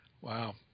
Wow